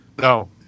No